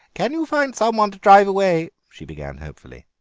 can you find some one to drive away she began hopefully.